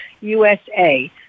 USA